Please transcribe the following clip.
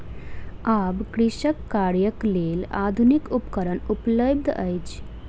आब कृषि कार्यक लेल आधुनिक उपकरण उपलब्ध अछि